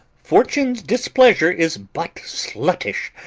fortune's displeasure is but sluttish,